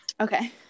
okay